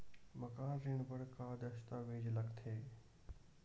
मकान ऋण बर का का दस्तावेज लगथे?